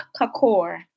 kakor